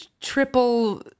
triple